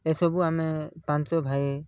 ଏସବୁ ଆମେ ପାଞ୍ଚ ଭାଇ